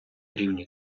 рівні